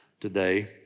today